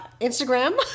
instagram